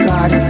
God